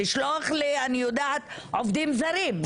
לשלוח לעובדים זרים.